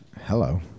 Hello